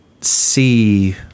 see